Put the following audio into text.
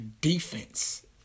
defense